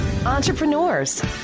Entrepreneurs